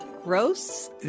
Gross